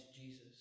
Jesus